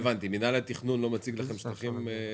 מינהל התכנון לא מציג לכם צרכים ל-2023?